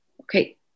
Okay